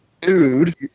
Dude